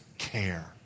care